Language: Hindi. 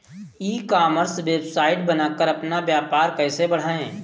ई कॉमर्स वेबसाइट बनाकर अपना व्यापार कैसे बढ़ाएँ?